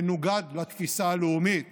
מנוגד לתפיסה הלאומית